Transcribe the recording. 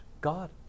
God